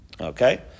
Okay